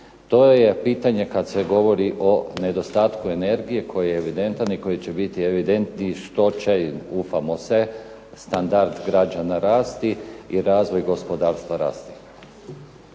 To je pitanje kad se govori o nedostatku energije koji je evidentan i koji će biti evidentniji što će, ufamo se, standard građana rasti, i razvoj gospodarstva rasti.